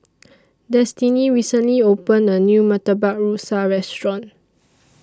Destini recently opened A New Murtabak Rusa Restaurant